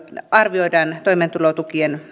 arvioidaan toimeentulotukimenojen